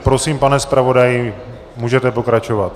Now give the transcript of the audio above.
Prosím, pane zpravodaji, můžete pokračovat.